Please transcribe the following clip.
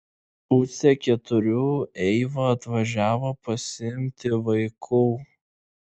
pusę keturių eiva atvažiavo pasiimti vaikų